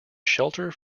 shelter